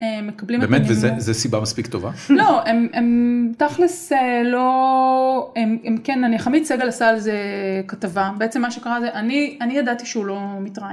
באמת וזה סיבה מספיק טובה? לא הם תכלס לא, הם כן אני.. חמית סגל עשה על זה כתבה בעצם מה שקרה זה אני ידעתי שהוא לא מתראיין